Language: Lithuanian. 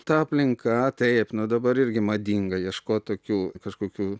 ta aplinka taip nu dabar irgi madinga ieškot tokių kažkokių